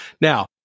Now